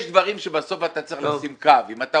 יש דברים שבסוף אתה צריך לשים קו.